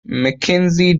mackenzie